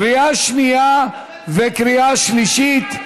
לקריאה שנייה וקריאה שלישית.